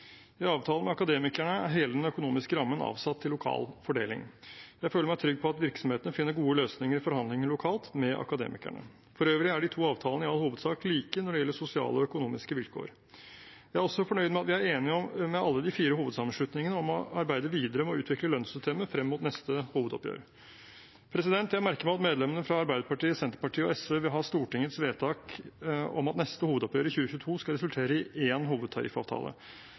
I avtalen med Akademikerne er hele den økonomiske rammen avsatt til lokal fordeling. Jeg føler meg trygg på at virksomhetene finner gode løsninger i forhandlinger lokalt med Akademikerne. For øvrig er de to avtalene i all hovedsak like når det gjelder sosiale og økonomiske vilkår. Jeg er også fornøyd med at vi er enige med alle de fire hovedsammenslutningene om å arbeide videre med å utvikle lønnssystemet frem mot neste hovedoppgjør. Jeg merker meg at medlemmene fra Arbeiderpartiet, Senterpartiet og SV vil ha Stortingets vedtak om at neste hovedoppgjør, i 2022, skal resultere i én hovedtariffavtale.